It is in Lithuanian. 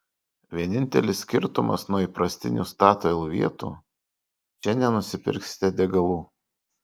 vienintelis skirtumas nuo įprastinių statoil vietų čia nenusipirksite degalų